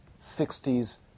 60s